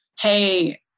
hey